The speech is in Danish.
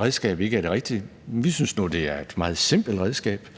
redskab ikke er det rigtige, men vi synes nu, at det er meget simpelt redskab.